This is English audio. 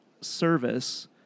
service